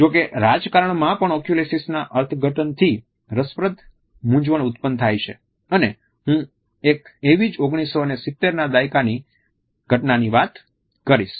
જો કે રાજકારણમાં પણ ઓક્યુલિક્સના અર્થઘટનથી રસપ્રદ મૂંઝવણ ઉત્પન્ન થાય છે અને હું એક એવીજ 1970 ના દાયકાની ઘટનાની વાત કરીશ